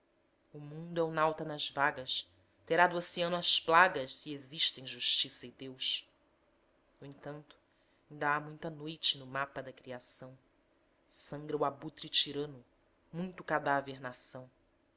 o mundo é o nauta nas vagas terá do oceano as plagas se existem justiça e deus no entanto inda há muita noite no mapa da criação sangra o abutre tirano muito cadáver nação